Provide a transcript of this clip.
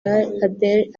abdel